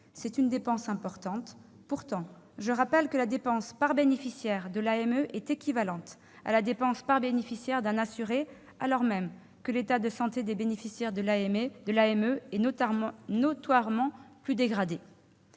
C'est une dépense importante. Pourtant, je rappelle que la dépense par bénéficiaire de l'AME est équivalente à la dépense par bénéficiaire d'un assuré, alors même que l'état de santé des bénéficiaires de l'AME est notoirement plus dégradé.